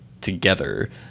together